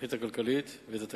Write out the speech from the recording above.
התוכנית הכלכלית ואת התקציב,